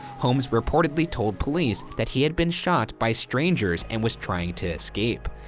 holmes reportedly told police that he had been shot by strangers and was trying to escape.